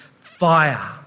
fire